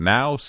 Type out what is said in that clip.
Now